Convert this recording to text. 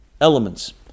elements